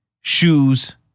shoes